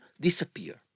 disappear